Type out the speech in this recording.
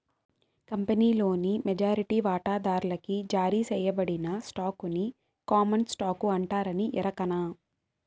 కంపినీలోని మెజారిటీ వాటాదార్లకి జారీ సేయబడిన స్టాకుని కామన్ స్టాకు అంటారని ఎరకనా